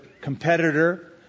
competitor